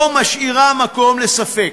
לא משאירה מקום לספק: